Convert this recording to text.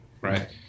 Right